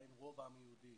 עדיין רוב העם היהודי